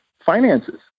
finances